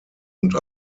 und